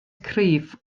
cryf